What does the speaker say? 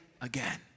again